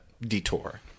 detour